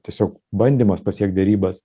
tiesiog bandymas pasiekt derybas